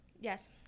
Yes